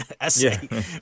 essay